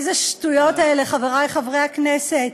איזה שטויות אלה, חברי חברי הכנסת.